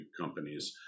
companies